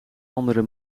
andere